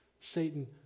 Satan